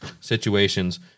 situations